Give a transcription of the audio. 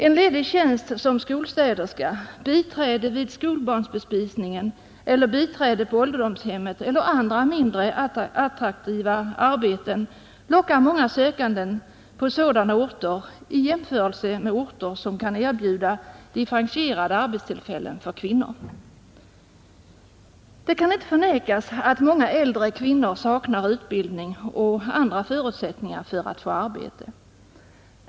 En ledig tjänst som skolstäderska, biträde vid skolbarnsbespisningen eller biträde på ålderdomshemmet eller andra mindre attraktiva arbeten lockar många sökande på sådana orter i jämförelse med orter som kan erbjuda differentierade arbetstillfällen för kvinnor. Det kan inte förnekas att många äldre kvinnor saknar utbildning eller andra förutsättningar för att få arbete.